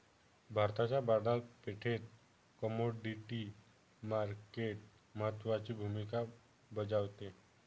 भारताच्या बाजारपेठेत commodity market महत्त्वाची भूमिका बजावते